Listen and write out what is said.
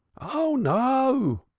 oh, no!